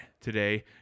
today